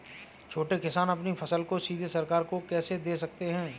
छोटे किसान अपनी फसल को सीधे सरकार को कैसे दे सकते हैं?